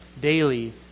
daily